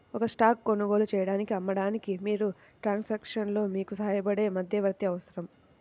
ఒక స్టాక్ కొనుగోలు చేయడానికి, అమ్మడానికి, మీకు ట్రాన్సాక్షన్లో మీకు సహాయపడే మధ్యవర్తి అవసరం